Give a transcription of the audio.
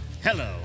Hello